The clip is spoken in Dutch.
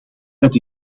dat